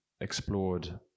explored